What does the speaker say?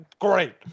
great